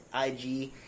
IG